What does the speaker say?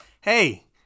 hey